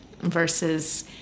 versus